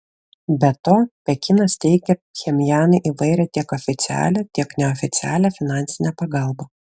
be to pekinas teikia pchenjanui įvairią tiek oficialią tiek neoficialią finansinę pagalbą